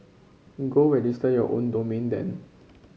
go register your own domain then